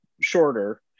shorter